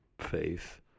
faith